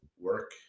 Work